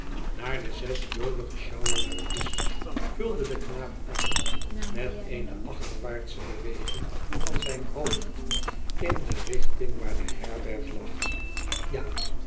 naar de zes jolige sjouwerlui is vulde de knaap aan met eene achterwaartsche beweging van zijn hoofd in de richting waar de herberg lag isn